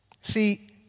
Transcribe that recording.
See